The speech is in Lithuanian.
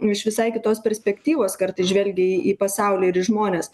iš visai kitos perspektyvos kartais žvelgia į pasaulį ir į žmones